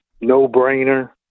no-brainer